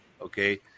Okay